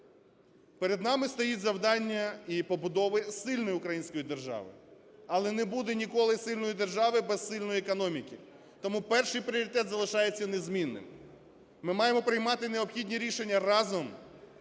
Перед нами стоїть завдання і побудови сильної української держави, але не буде ніколи сильної держави без сильної економіки. Тому перший пріоритет залишається незмінним: ми маємо приймати необхідні рішення разом